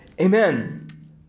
Amen